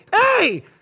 hey